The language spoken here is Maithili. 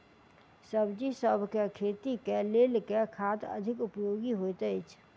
सब्जीसभ केँ खेती केँ लेल केँ खाद अधिक उपयोगी हएत अछि?